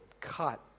cut